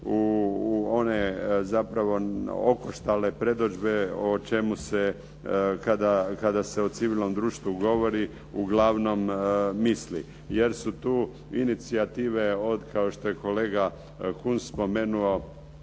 u one zapravo okoštale predodžbe o čemu se kada se o civilnom društvu govori uglavnom misli. Jer su tu inicijativa kao što je kolega Kunst spomenuo